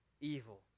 evil